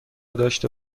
داشته